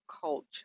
culture